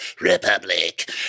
Republic